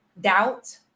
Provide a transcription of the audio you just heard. doubt